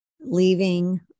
leaving